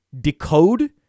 decode